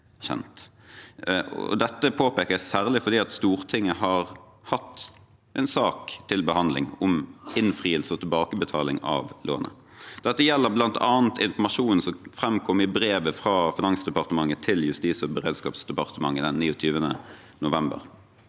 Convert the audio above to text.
Dette påpeker jeg særlig fordi Stortinget har hatt en sak til behandling om innfrielse og tilbakebetaling av lånet. Det gjelder bl.a. informasjon som framkom i brevet fra Finansdepartementet til Justis- og beredskapsdepartementet den 29. november.